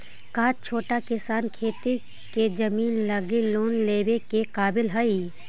का छोटा किसान खेती के जमीन लगी लोन लेवे के काबिल हई?